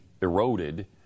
eroded